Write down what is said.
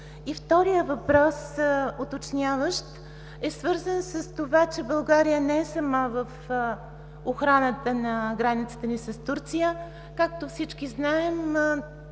вторият уточняващ въпрос е свързан с това, че България не е сама в охраната на границата ни с Турция. Както всички знаем,